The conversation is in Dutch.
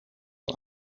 een